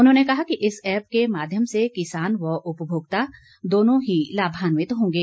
उन्होंने कहा कि इस ऐप के माध्यम से किसान व उपभोक्ता दोनों ही लाभान्वित होंगे